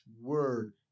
word